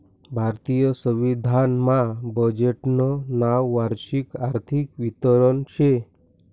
भारतीय संविधान मा बजेटनं नाव वार्षिक आर्थिक विवरण शे